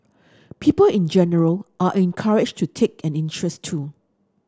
people in general are encouraged to take an interest too